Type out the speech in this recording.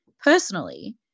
Personally